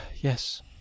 Yes